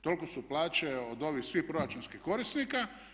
Tolike su plaće od ovih svih proračunskih korisnika.